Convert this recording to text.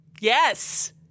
Yes